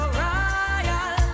royal